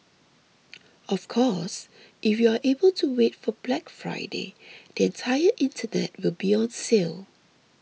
of course if you are able to wait for Black Friday the entire internet will be on sale